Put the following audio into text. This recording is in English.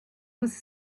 was